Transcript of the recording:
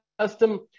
custom